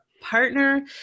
partner